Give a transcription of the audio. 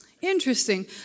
Interesting